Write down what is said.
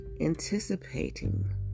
anticipating